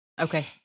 Okay